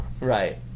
Right